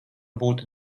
būtu